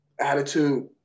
attitude